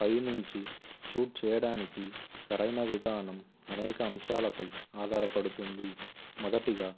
పై నుంచి షూట్ చేయడానికి సరైన విధానం అనేక అంశాలపై ఆధారపడుతుంది మొదటిగా